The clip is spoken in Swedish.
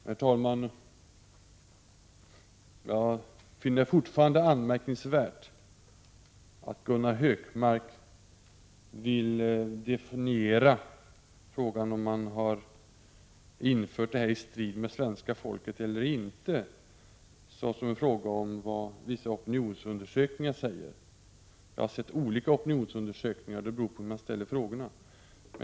Herr talman! Jag finner det fortfarande anmärkningsvärt att Gunnar Hökmark vill definiera frågan om man har infört detta i strid med svenska folkets vilja eller inte, såsom en fråga om vad vissa opinionsundersökningar säger. Jag har sett olika opinionsundersökningar. Resultatet beror på hur man ställer frågorna.